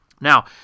Now